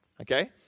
okay